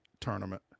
tournament